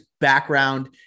background